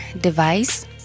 device